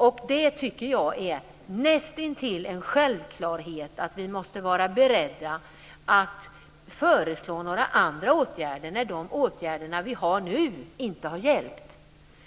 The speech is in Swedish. Jag tycker att det är nästintill en självklarhet att vi måste vara beredda att föreslå andra åtgärder när de åtgärder vi nu har inte har hjälpt.